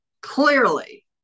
clearly